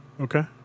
okay